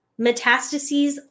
metastases